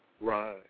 Right